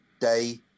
day